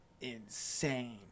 insane